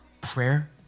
prayer